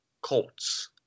Colts